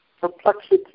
perplexity